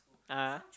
ah